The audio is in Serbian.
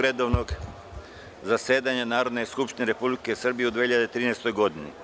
redovnog zasedanja Narodne skupštine Republike Srbije u 2013. godini.